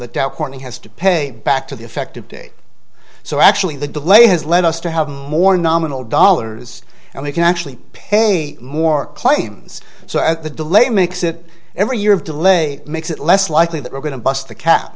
that dow corning has to pay back to the effective date so actually the delay has led us to have more nominal dollars and we can actually pay more claims so at the delay makes it every year of delay makes it less likely that we're going to bust the ca